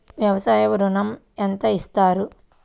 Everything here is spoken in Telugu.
వ్యవసాయ ఋణం ఎంత ఇస్తారు?